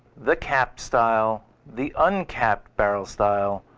the capped style, the uncapped barrel style,